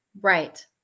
Right